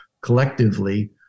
collectively